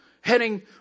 heading